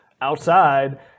outside